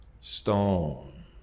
stone